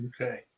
okay